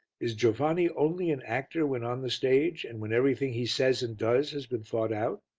is giovanni only an actor when on the stage and when everything he says and does has been thought out?